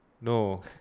No